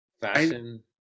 fashion